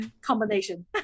combination